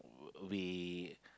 we